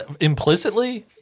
Implicitly